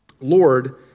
Lord